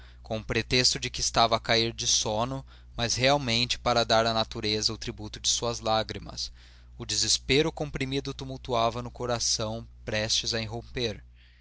com o pretexto de que estava a cair de sono mas realmente para dar à natureza o tributo de suas lágrimas o desespero comprimido tumultuava no coração prestes a irromper